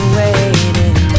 waiting